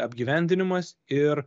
apgyvendinimas ir